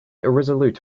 irresolute